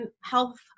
health